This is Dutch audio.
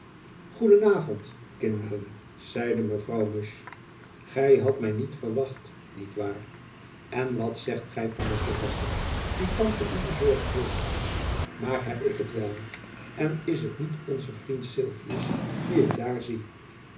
goeden avond kinderen zeide mevrouw musch gy hadt my niet verwacht niet waar en wat zegt gy van de verrassing die tante u bezorgd heeft maar heb ik het wel en is het niet onze vriend sylvius dien ik daar zie